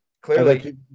clearly